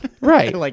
Right